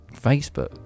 Facebook